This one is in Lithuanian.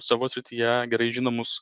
savo srityje gerai žinomus